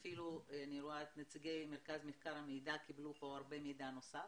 אני רואה שנציגי מרכז המחקר המידע שקיבלו פה הרבה מידע נוסף